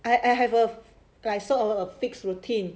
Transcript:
I I have a like sort of a fixed routine